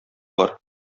бар